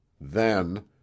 Then